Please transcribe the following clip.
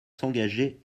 s’engager